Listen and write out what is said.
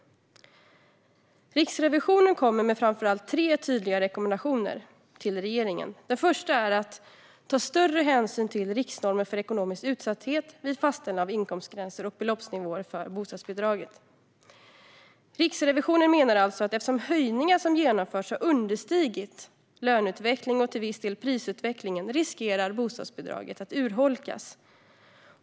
Riksrevisionen kommer med framför allt tre tydliga rekommendationer till regeringen. Den första är att ta större hänsyn till riksnormen för ekonomisk utsatthet vid fastställande av inkomstgränser och beloppsnivåer för bostadsbidraget. Riksrevisionen menar alltså att eftersom höjningar som genomförts har understigit löneutvecklingen, och till viss del prisutvecklingen, riskerar bostadsbidraget att urholkas.